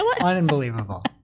Unbelievable